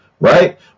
Right